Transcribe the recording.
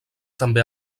també